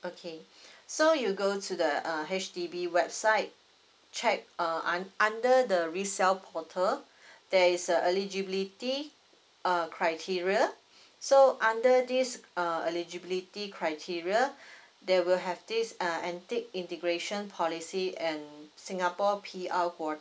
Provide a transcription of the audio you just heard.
okay so you go to the uh H_D_B website check uh un~ under the resell portal there is a eligibility err criteria so under this uh eligibility criteria there will have this uh antique integration policy and singapore P_R